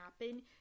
happen